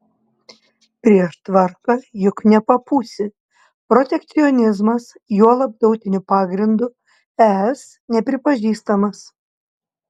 prieš tvarką juk nepapūsi protekcionizmas juolab tautiniu pagrindu es nepripažįstamas